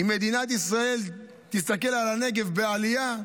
אם מדינת ישראל תסתכל על הנגב כעלייה,